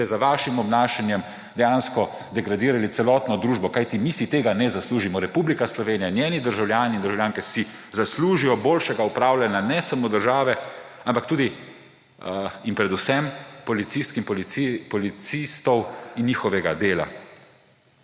ste z vašim obnašanjem dejansko degradirali celotno družbo, kajti mi si tega ne zaslužimo. Republika Slovenija, njeni državljani in državljanke si zaslužijo boljšega upravljanja ne samo države, ampak predvsem tudi policistk in policistov in njihovega dela.